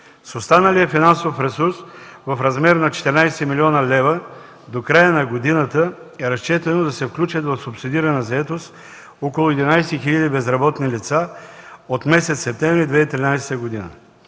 С останалия финансов ресурс в размер на 14 млн. лв. до края на година е разчетено да се включват в субсидирана заетост около 11 хил. безработни лица от месец септември 2013 г.